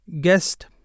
guest